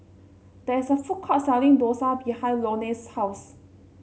there is a food court selling Dosa behind Loney's house